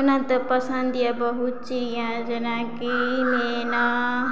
ओना तऽ पसन्द यऽ बहुत चिड़िया जेनाकि मेना